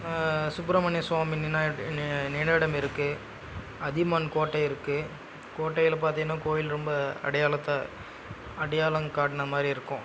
சுப்பிரமணிய சுவாமி நின்னா நினைவிடம் இருக்கு அதியமான் கோட்டை இருக்கு கோட்டையில் பார்த்திங்னா கோயில் ரொம்ப அடையாளத்தை அடையாளம் காட்ன மாரி இருக்கும்